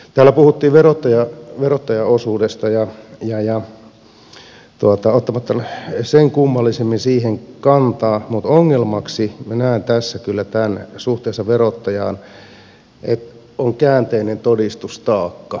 täällä puhuttiin verottajan osuudesta ja ottamatta sen kummallisemmin siihen kantaa ongelmaksi suhteessa verottajaan minä näen kyllä tämän että on käänteinen todistustaakka